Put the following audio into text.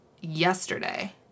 yesterday